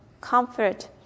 comfort